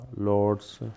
Lord's